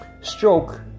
Stroke